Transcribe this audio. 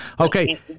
Okay